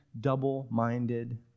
double-minded